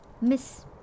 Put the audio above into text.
miss